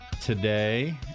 today